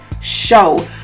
show